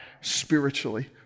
spiritually